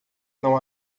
não